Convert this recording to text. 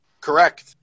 correct